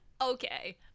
Okay